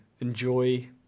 enjoy